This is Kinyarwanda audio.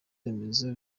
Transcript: remezo